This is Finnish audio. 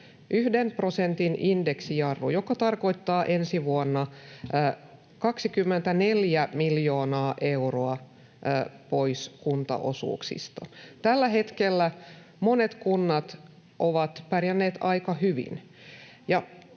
yhden prosentin indeksijarru, joka tarkoittaa ensi vuonna 24:ää miljoonaa euroa pois kuntaosuuksista. Tällä hetkellä monet kunnat ovat pärjänneet aika hyvin.